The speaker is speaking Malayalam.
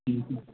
മ്മ് മ്മ്